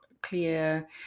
clear